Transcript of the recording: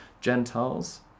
Gentiles